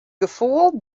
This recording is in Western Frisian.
gefoel